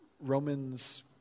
Romans